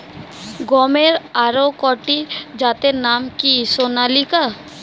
গমের আরেকটি জাতের নাম কি সোনালিকা?